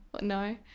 no